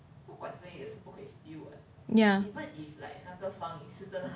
ya